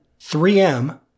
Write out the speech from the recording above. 3M